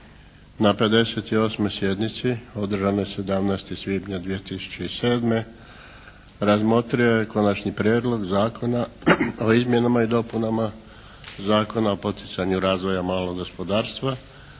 na 58. sjednici održanoj 17. svibnja 2007. razmotrio je Konačni prijedlog zakona o izmjenama i dopunama Zakona o poticanju razvoja malog gospodarstva